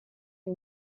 who